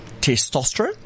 testosterone